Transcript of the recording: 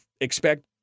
expect